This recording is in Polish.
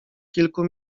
kilku